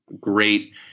great